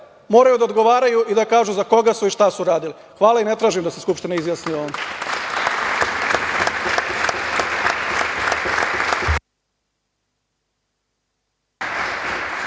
moraju da odgovaraju i da kažu za koga su i šta su radili. Hvala i ne tražim da se Skupština izjasni o ovome.